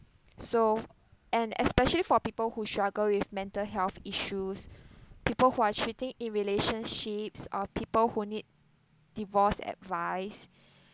so and especially for people who struggle with mental health issues people who are cheating in relationships or people who need divorce advice